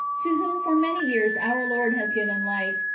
to whom for many years our lord has given light,